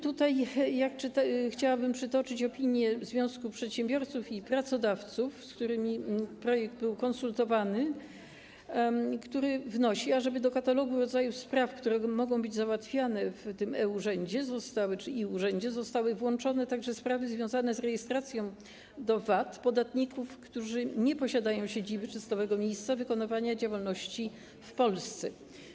Tutaj chciałabym przytoczyć opinię Związku Przedsiębiorców i Pracodawców, z którym projekt był konsultowany i który wnosi, ażeby do katalogu rodzaju spraw, które mogą być załatwiane w tym e-urzędzie, zostały włączone także sprawy związane z rejestracją do VAT podatników, którzy nie posiadają siedziby czy stałego miejsca wykonywania działalności w Polsce.